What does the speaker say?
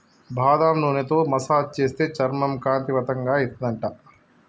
బాదం నూనెతో మసాజ్ చేస్తే చర్మం కాంతివంతంగా అయితది అంట